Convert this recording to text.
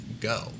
go